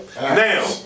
Now